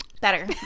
Better